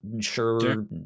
sure